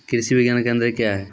कृषि विज्ञान केंद्र क्या हैं?